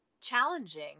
challenging